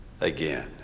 again